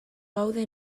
gaude